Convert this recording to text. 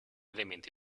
elementi